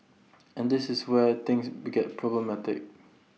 and this is where things to get problematic